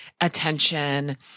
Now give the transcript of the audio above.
attention